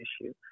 issue